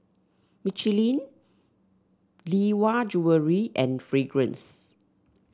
Michelin Lee Hwa Jewellery and Fragrance